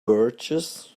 birches